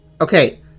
Okay